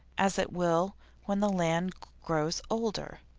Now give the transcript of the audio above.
as it will when the land grows older.